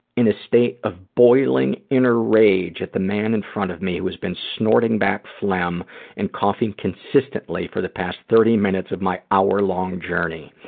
in a state of boiling inner rage at the man in front of me who has been snorting back phlegm and coughing consistently for the past thirty minutes of my hour long journey.